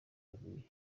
kabiri